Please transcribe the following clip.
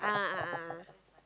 a'ah a'ah